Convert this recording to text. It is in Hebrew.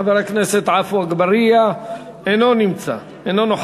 חבר הכנסת עפו אגבאריה, אינו נוכח.